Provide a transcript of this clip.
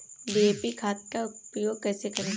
DAP खाद का उपयोग कैसे करें?